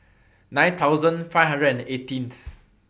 nine five hundred and eighteen